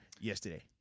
yesterday